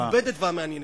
לטעמם,